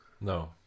No